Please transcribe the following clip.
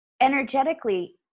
energetically